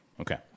Okay